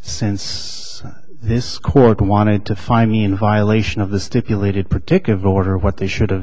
since this court wanted to find me in violation of the stipulated particular order what they should have